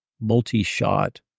multi-shot